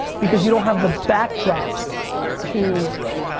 because you don't have the backdrop to right.